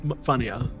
funnier